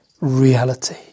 reality